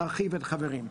להרחיב את החברים?